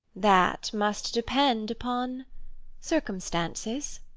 that must depend upon circumstances.